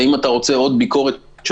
ואם אתה רוצה עוד ביקורת על הממשלה,